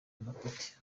amapeti